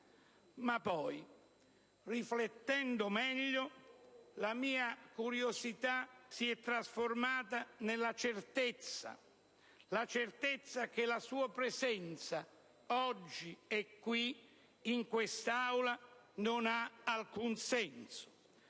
Ma poi, riflettendo meglio, la mia curiosità si è trasformata nella certezza che la sua presenza oggi e qui, in questa Aula, non abbia alcun senso.